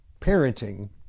Parenting